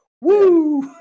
woo